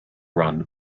run